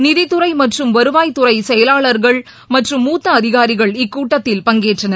நிதித்துறைமற்றும் வருவாய்த்துறைசெயலாள்கள் மற்றும் மூத்தஅதிகாரிகள் இக்கூட்டத்தில் பங்கேற்றனர்